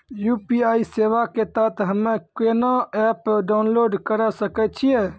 UPI सेवा के तहत हम्मे केना एप्प डाउनलोड करे सकय छियै?